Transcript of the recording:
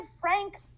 prank